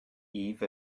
eve